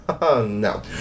No